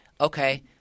Okay